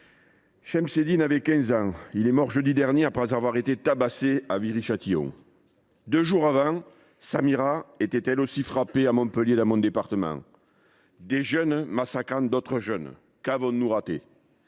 Shemseddine avait 15 ans. Il est mort jeudi dernier après avoir été tabassé à Viry Châtillon. Deux jours avant, Samara était, elle aussi, frappée à Montpellier, dans mon département. Des jeunes massacrant d’autres jeunes… Qu’avons nous donc raté ?